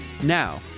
Now